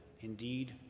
indeed